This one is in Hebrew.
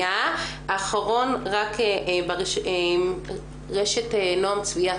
האחרון, רשת "נועם צביה".